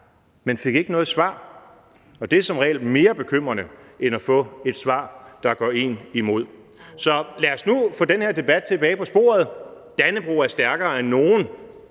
men fik ikke noget svar, og det er som regel mere bekymrende end at få et svar, der går en imod. Så lad os nu få den her debat tilbage på sporet. Dannebrog er stærkere end nogen